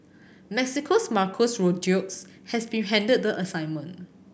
Mexico's Marco Rodriguez has been handed the assignment